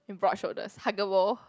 and broad shoulders huggable